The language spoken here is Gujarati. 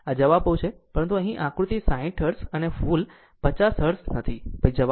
આ જવાબો છે પરંતુ અહીં આવૃત્તિ 60 હર્ટ્ઝ ભૂલ 50 હર્ટ્ઝ નથી પછી આ જવાબ આવશે નહીં